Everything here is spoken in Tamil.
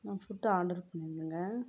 நான் ஃபுட்டு ஆர்டர் பண்ணிருந்தேங்க